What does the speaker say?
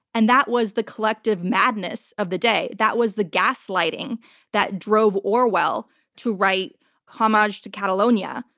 and that was the collective madness of the day. that was the gaslighting that drove orwell to write homage to catalonia,